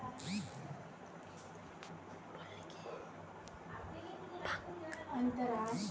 चच्चा ती सूरजमुखीर बीज ला खा, दिलेर बीमारी ठीक हइ जै तोक